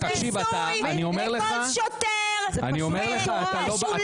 כמו שאמרתי, החוק הזה נועד